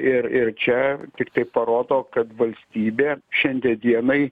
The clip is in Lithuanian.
ir ir čia tiktai parodo kad valstybė šiandia dienai